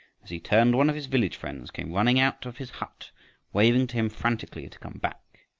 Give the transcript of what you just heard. as he turned, one of his village friends came running out of his hut waving to him frantically to come back.